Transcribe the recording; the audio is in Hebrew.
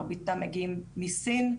מרביתם מגיעים מסין.